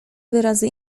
wyrazy